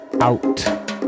out